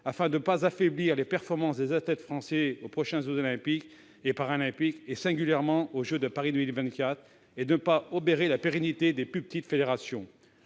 afin de ne pas affaiblir les performances des athlètes français aux prochains jeux Olympiques et Paralympiques, singulièrement aux jeux de Paris en 2024, et de ne pas obérer la pérennité des plus petites fédérations.